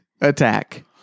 attack